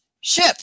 ship